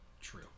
True